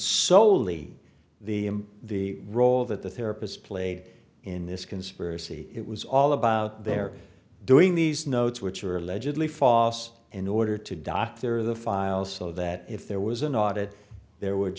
soley the the role that the therapist played in this conspiracy it was all about their doing these notes which were allegedly false in order to doctor the files so that if there was an audit there would